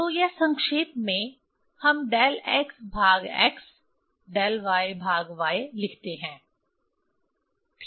तो यह संक्षेप में हम डेल x भाग x डेल y भाग y लिखते हैं ठीक